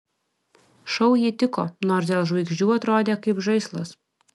šou ji tiko nors dėl žvaigždžių atrodė kaip žaislas